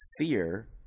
fear